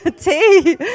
Tea